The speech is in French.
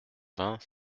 vingts